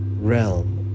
realm